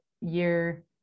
year